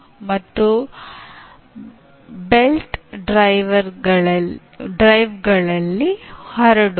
ಮತ್ತು ವಿದ್ಯಾರ್ಥಿಗಳನ್ನು ಗುಂಪುಗಳಲ್ಲಿ ಕೆಲಸ ಮಾಡಲು ನೀವು ಯಾವಾಗ ಬಯಸುತ್ತೀರಿ